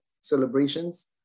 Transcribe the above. celebrations